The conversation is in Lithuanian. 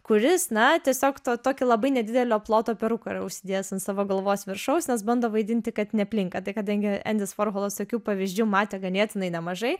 kuris na tiesiog to tokį labai nedidelio ploto peruką yra užsidėjęs ant savo galvos viršaus nes bando vaidinti kad neplinka tai kadangi endis vorholas tokių pavyzdžių matė ganėtinai nemažai